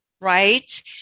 right